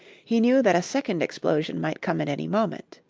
he knew that a second explosion might come at any moment.